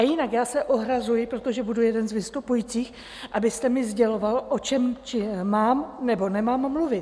Jinak já se ohrazuji, protože budu jeden z vystupujících, abyste mi sděloval, o čem mám nebo nemám mluvit.